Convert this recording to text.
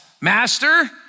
master